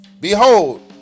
Behold